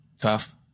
tough